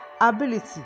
ability